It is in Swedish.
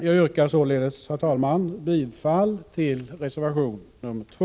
Jag yrkar således, herr talman, bifall till reservation nr 2.